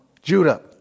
Judah